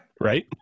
right